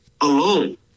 alone